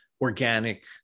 organic